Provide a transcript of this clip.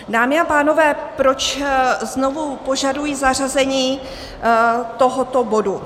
Dámy a pánové, proč znovu požaduji zařazení tohoto bodu.